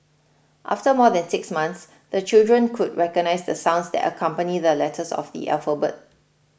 after more than six months the children could recognise the sounds that accompany the letters of the alphabet